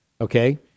okay